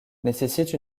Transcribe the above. nécessite